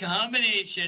combination